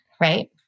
right